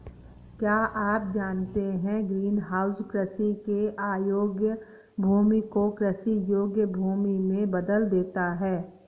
क्या आप जानते है ग्रीनहाउस कृषि के अयोग्य भूमि को कृषि योग्य भूमि में बदल देता है?